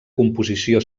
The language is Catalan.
composició